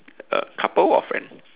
uh couple or friend